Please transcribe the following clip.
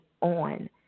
on